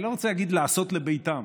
אני לא רוצה להגיד לעשות לביתם,